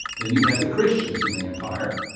then you had the christians in the empire,